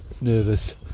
nervous